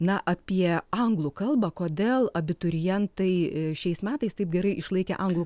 na apie anglų kalbą kodėl abiturientai šiais metais taip gerai išlaikė anglų